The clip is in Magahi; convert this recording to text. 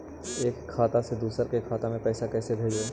एक खाता से दुसर के खाता में पैसा कैसे भेजबइ?